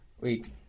Wait